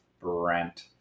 Brent